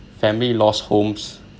family lost homes